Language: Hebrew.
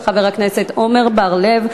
לוועדת החוקה,